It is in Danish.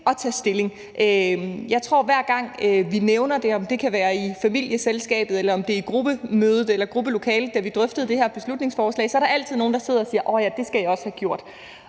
at tage stilling. Jeg tror, at hver gang vi nævner det – om det så er til familieselskabet eller til gruppemødet eller i gruppelokalet, vi drøfter det her beslutningsforslag – så er der altid nogle, der siger: Åh ja, det skal jeg også have gjort.